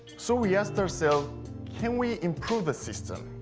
so we asked ourselves can we improve the system,